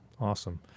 Awesome